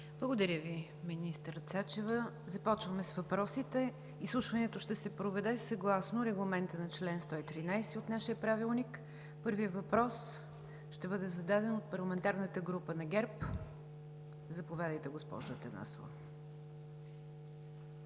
Благодаря Ви, министър Цачева. Започваме с въпросите. Изслушването ще се проведе съгласно регламента на чл. 113 от нашия правилник. Първият въпрос ще бъде зададен от парламентарната група на ГЕРБ. Заповядайте, госпожо Атанасова.